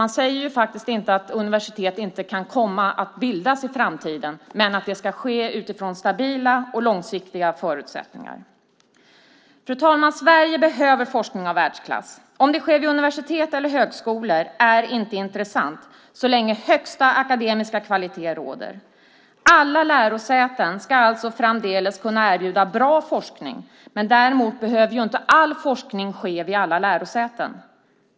Man säger faktiskt inte att universitet inte kan komma att bildas i framtiden, men det ska ske utifrån stabila och långsiktiga förutsättningar. Fru talman! Sverige behöver forskning av världsklass. Om den sker vid universitet eller högskolor är inte intressant så länge högsta akademiska kvalitet råder. Alla lärosäten ska alltså framdeles kunna erbjuda bra forskning, men däremot behöver inte all forskning ske vid alla lärosäten.